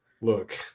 Look –